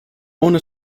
ohne